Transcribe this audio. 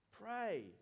pray